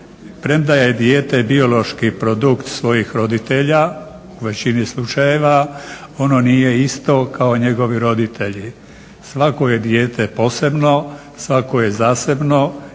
Premda je dijete biološki produkt svojih roditelja u većini slučajeva, ono nije isto kao njegovi roditelji. Svako je dijete posebno, svako je zasebno